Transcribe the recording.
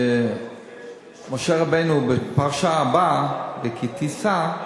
שמשה רבנו בפרשה הבאה, בפרשת כי-תישא,